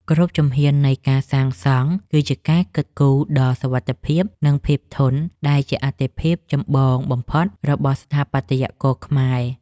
គ្រប់ជំហាននៃការសាងសង់គឺជាការគិតគូរដល់សុវត្ថិភាព និង ភាពធន់ដែលជាអាទិភាពចម្បងបំផុតរបស់ស្ថាបត្យករខ្មែរ។